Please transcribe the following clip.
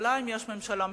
בירושלים יש ממשלה מבולבלת.